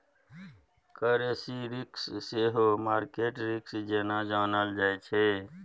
currency risk सेहो market risk जेना जानल जाइ छै